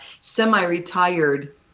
semi-retired